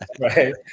right